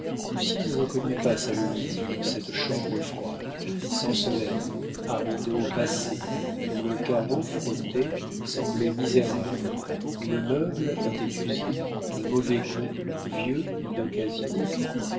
réveil lucien ne reconnut pas sa louise dans cette chambre froide sans soleil à rideaux passés dont le carreau frotté semblait misérable où le meuble était usé de mauvais goût vieux ou d'occasion